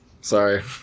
Sorry